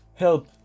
help